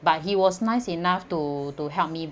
but he was nice enough to to help me